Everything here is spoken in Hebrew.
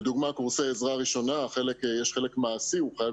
לדוגמה קורסי עזרה ראשונה כאשר יש חלק מעשי והוא חייב